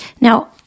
Now